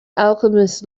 alchemist